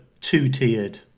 two-tiered